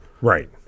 Right